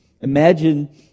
Imagine